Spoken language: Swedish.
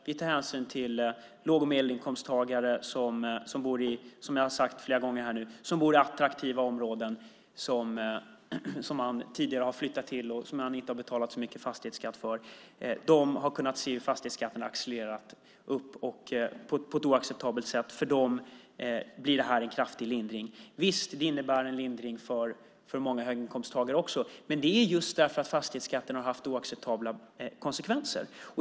Vi tar, som jag har sagt flera gånger här nu, hänsyn till låg och medelinkomsttagare som bor i attraktiva områden som man tidigare har flyttat till och där man inte har betalat så mycket i fastighetsskatt. De har kunnat se fastighetsskatten accelerera på ett oacceptabelt sätt. För dem blir det här en kraftig lindring. Visst innebär det en lindring för många höginkomsttagare också, men det är just därför att fastighetsskatten har haft oacceptabla konsekvenser.